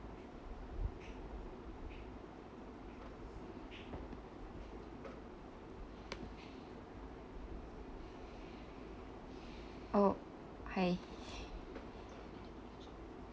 oh I